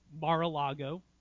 Mar-a-Lago